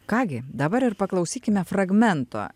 ką gi dabar ir paklausykime fragmento